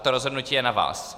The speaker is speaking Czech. To rozhodnutí je na vás.